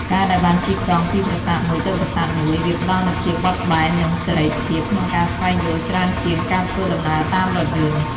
ការដែលបានជិះកង់ពីប្រាសាទមួយទៅប្រាសាទមួយ វាផ្ដល់នូវភាពបត់បែននិងសេរីភាពក្នុងការស្វែងយល់ច្រើនជាងការធ្វើដំណើរតាមរថយន្ត។